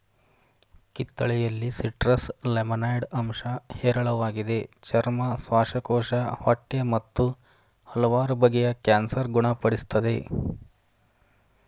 ಕಿತ್ತಳೆಯಲ್ಲಿ citrus limonoid ಅಂಶ ಹೇರಳವಾಗಿದೆ ಚರ್ಮ ಶ್ವಾಸಕೋಶ ಹೊಟ್ಟೆ ಮತ್ತು ಹಲವಾರು ಬಗೆಯ ಕ್ಯಾನ್ಸರ್ ಗುಣ ಪಡಿಸ್ತದೆ